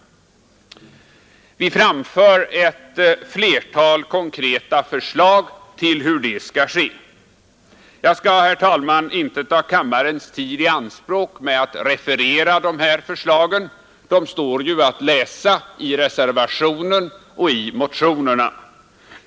Vi har framfört ett flertal konkreta förslag till hur detta skall ske. Jag skall, herr talman, inte ta kammarens tid i anspråk med att referera dessa förslag; de står ju att läsa i reservationen och i motionerna.